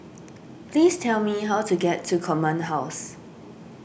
please tell me how to get to Command House